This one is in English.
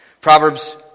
Proverbs